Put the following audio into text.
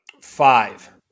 five